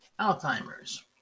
alzheimer's